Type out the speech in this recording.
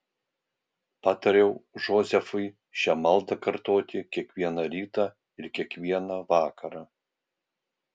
patariau džozefui šią maldą kartoti kiekvieną rytą ir kiekvieną vakarą